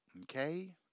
Okay